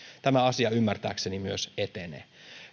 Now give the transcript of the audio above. tämä asia ymmärtääkseni myös etenee